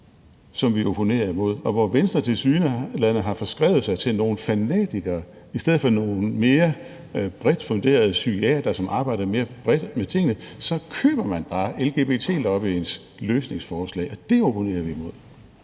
spørgsmål, hvor Venstre tilsyneladende har forskrevet sig til nogle fanatikere, som vi opponerer mod. I stedet for at lytte til nogle mere bredt funderede psykiatere, som arbejder mere bredt med tingene, så køber man bare lgbt-lobbyens løsningsforslag, og dét opponerer vi imod.